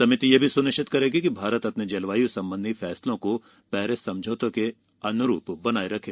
समिति यह भी सुनिश्चित करेगी कि भारत अपने जलवायु संबंधी फैसलों को पेरिस समझौते के अनुरूप बनाये रखे